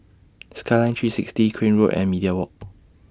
Skyline three sixty Crane Road and Media Walk